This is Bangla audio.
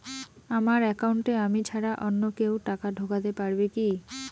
আমার একাউন্টে আমি ছাড়া অন্য কেউ টাকা ঢোকাতে পারবে কি?